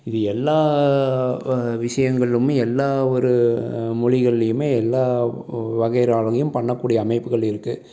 இது எல்லாம் விஷயங்களும் எல்லாம் ஒரு மொழிகள்லேயும் எல்லாம் வகையிறாவளையும் பண்ணக் கூடிய அமைப்புகள் இருக்குது